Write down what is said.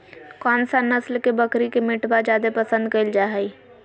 कौन सा नस्ल के बकरी के मीटबा जादे पसंद कइल जा हइ?